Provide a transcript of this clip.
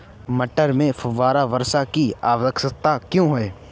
मटर में फुहारा वर्षा की आवश्यकता क्यो है?